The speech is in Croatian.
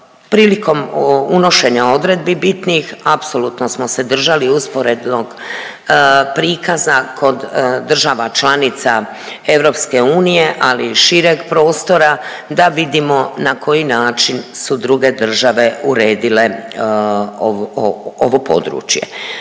Prilikom unošenja odredbi bitnih apsolutno smo se držali usporednog prikaza kod država članica EU, ali i šireg prostora, da vidimo na koji način su druge države uredile ovo područje.